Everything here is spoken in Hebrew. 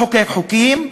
מחוקק חוקים,